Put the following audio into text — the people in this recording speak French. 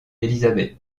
elisabeth